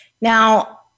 Now